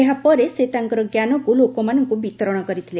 ଏହାପରେ ସେ ତାଙ୍କର ଜ୍ଞାନକୁ ଲୋକମାନଙ୍କୁ ବିତରଣ କରିଥିଲେ